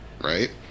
right